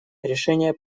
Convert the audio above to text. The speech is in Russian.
решение